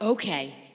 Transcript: Okay